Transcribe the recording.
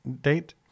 date